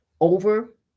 Over